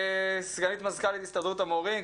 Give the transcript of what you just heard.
סגנית מזכ"לית הסתדרות המורים.